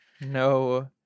no